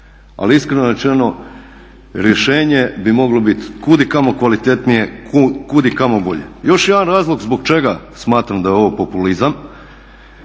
Ali iskreno rečeno rješenje bi moglo biti kud i kamo kvalitetnije, kud i kamo bolje. Još jedan razlog zbog čega smatram da je ovo populizam